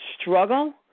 struggle